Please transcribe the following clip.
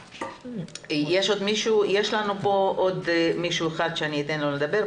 יש לנו פה עוד מישהו אחד שאתן לו לדבר,